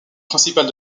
principale